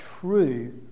true